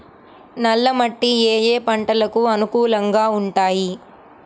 నల్ల మట్టి ఏ ఏ పంటలకు అనుకూలంగా ఉంటాయి?